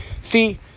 See